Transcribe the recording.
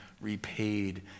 repaid